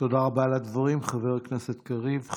תודה רבה על הדברים, חבר הכנסת קריב.